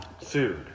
food